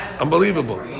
Unbelievable